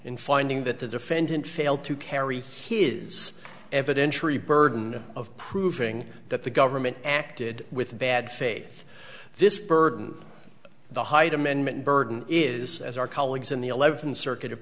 in finding that the defendant failed to carry his evidentiary burden of proving that the government acted with bad faith this burden the hyde amendment burden is as our colleagues in the eleventh circuit